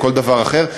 או כל דבר אחר,